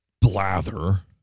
blather